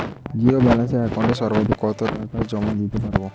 Zero balance একাউন্টে সর্বাধিক কত টাকা জমা দিতে পারব?